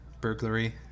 burglary